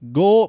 go